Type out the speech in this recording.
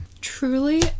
truly